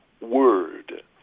Word